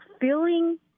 feeling